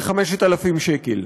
5,000 שקל,